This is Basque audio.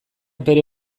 bere